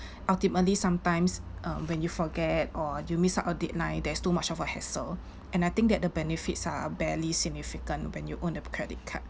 ultimately sometimes um when you forget or you miss out a deadline there's too much of a hassle and I think that the benefits are barely significant when you own a credit card